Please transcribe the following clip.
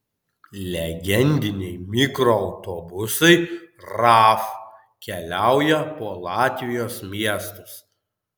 legendiniai mikroautobusai raf keliauja po latvijos miestus